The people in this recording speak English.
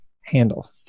handle